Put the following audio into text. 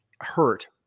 hurt